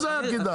מה זה היה כדאי?